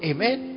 Amen